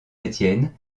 étienne